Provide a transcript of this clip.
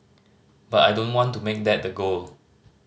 but I don't want to make that the goal